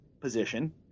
position